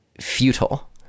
futile